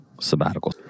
sabbatical